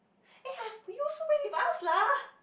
ya you also went with us lah